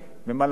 מה לעשות,